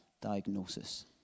diagnosis